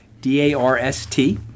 D-A-R-S-T